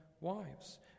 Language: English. wives